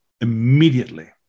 Immediately